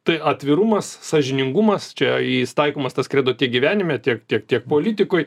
tai atvirumas sąžiningumas čia jis taikomas tas kredo tiek gyvenime tiek kiek tiek politikoj